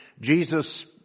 Jesus